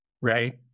right